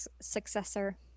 successor